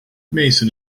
manson